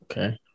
Okay